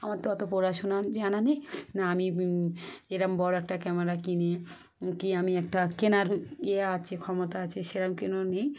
আমার তো অত পড়াশোনা জানা নেই না আমি এরকম বড় একটা ক্যামেরা কিনি কি আমি একটা কেনার ইয়ে আছে ক্ষমতা আছে সেরকম কোনো নেই